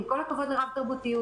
עם כל הכבוד לרב-תרבותיות.